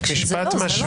וכשלא זה לא.